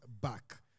back